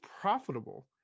profitable